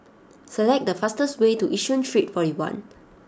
select the fastest way to Yishun Street forty one